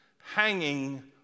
hanging